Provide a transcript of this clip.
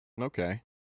Okay